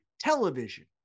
television